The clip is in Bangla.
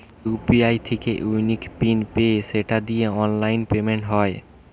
ইউ.পি.আই থিকে ইউনিক পিন পেয়ে সেটা দিয়ে অনলাইন পেমেন্ট হয়